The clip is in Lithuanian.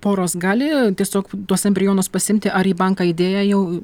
poros gali tiesiog tuos embrionus pasiimti ar į banką idėję jau